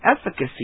efficacy